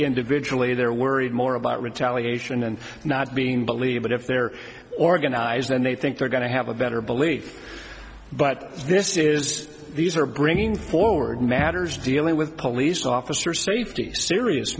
individually they're worried more about retaliation and not being bullied but if they're organized then they think they're going to have a better belief but this is these are bringing forward matters dealing with police officer safety serious